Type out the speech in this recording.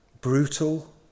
brutal